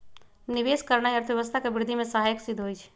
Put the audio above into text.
निवेश करनाइ अर्थव्यवस्था के वृद्धि में सहायक सिद्ध होइ छइ